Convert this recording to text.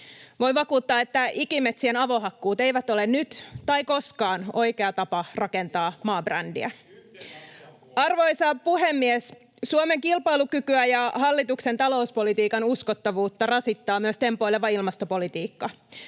Voin vakuuttaa, että ikimetsien avohakkuut eivät ole nyt, tai koskaan, oikea tapa rakentaa maabrändiä. [Sebastian Tynkkynen: Yhden asian puolue!] Arvoisa puhemies! Suomen kilpailukykyä ja hallituksen talouspolitiikan uskottavuutta rasittaa myös tempoileva ilmastopolitiikka.